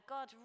God